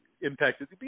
impacted